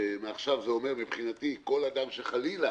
כלומר כל אדם שחלילה